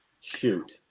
Shoot